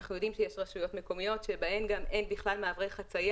אנחנו יודעים שיש רשויות מקומיות שבהן אין בכלל מעברי חציה